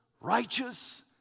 righteous